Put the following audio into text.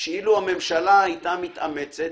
שלו הממשלה היתה מתאמצת,